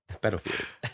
battlefield